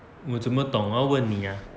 我怎么懂我要问你 ah